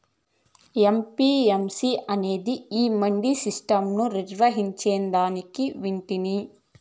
APMC అనేది ఈ mandi system ను నిర్వహిస్తాందని వింటి